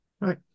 right